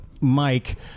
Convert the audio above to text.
Mike